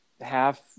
half